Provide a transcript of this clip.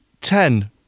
Ten